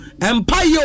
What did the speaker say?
Empire